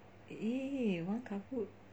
!ee! why kahoot